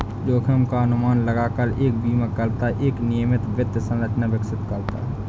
जोखिम का अनुमान लगाकर एक बीमाकर्ता एक नियमित वित्त संरचना विकसित करता है